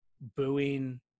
booing